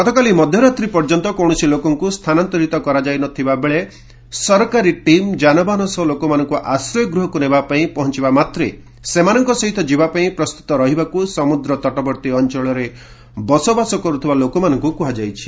ଗତକାଲି ମଧ୍ୟରାତ୍ରି ପର୍ଯ୍ୟନ୍ତ କୌଣସି ଲୋକଙ୍କୁ ସ୍ଥାନାନ୍ତରିତ କରାଯାଇ ନଥିବା ବେଳେ ସରକାରୀ ଟିମ୍ ଯାନବାହାନ ସହ ଲୋକମାନଙ୍କୁ ଆଶ୍ରୟ ଗୃହକୁ ନେବା ପାଇଁ ପହଞ୍ଚବା ମାତ୍ରେ ସେମାନଙ୍କ ସହିତ ଯିବା ପାଇଁ ପ୍ରସ୍ତୁତ ରହିବାକୁ ସମୁଦ୍ରତଟବର୍ତ୍ତୀ ଅଞ୍ଚଳରେ ରହୁଥିବା ଲୋକମାନଙ୍କୁ କୁହାଯାଇଛି